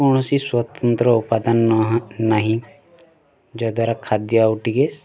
କୌଣସି ସ୍ୱତନ୍ତ୍ର ଉପାଦାନ ନାହିଁ ଯଦ୍ୱାରା ଖାଦ୍ୟ ଆଉ ଟିକେ